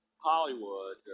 Hollywood